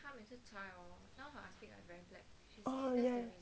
oh ya